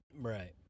Right